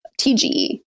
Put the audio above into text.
TGE